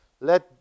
Let